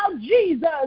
Jesus